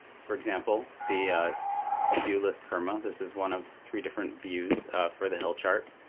for example, the to-do list per month, this is one of three different views for the hill chart.